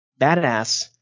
badass